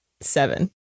seven